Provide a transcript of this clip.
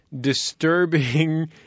disturbing